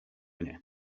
nie